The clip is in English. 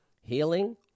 healing